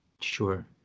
Sure